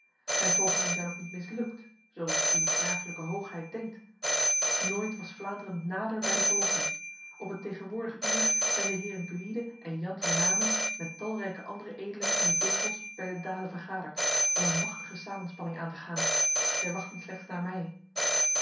mijn pogingen zijn ook niet mislukt zoals het uw graaflijke hoogheid denkt nooit was vlaanderen nader bij de verlossing op het tegenwoordig uur zijn de heren gwyde en jan van namen met talrijke andere edelen in het witbos bij den dale vergaderd om een machtige samenspanning aan te gaan zij wachten slechts